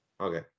okay